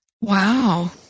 Wow